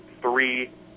three